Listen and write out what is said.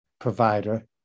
provider